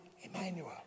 Emmanuel